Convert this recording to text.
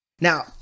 Now